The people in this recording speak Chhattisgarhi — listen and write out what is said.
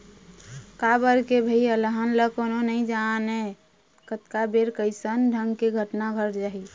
काबर के भई अलहन ल कोनो नइ जानय कतका बेर कइसन ढंग के घटना घट जाही